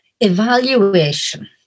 evaluation